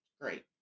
Great